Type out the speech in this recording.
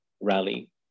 rally